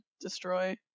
destroy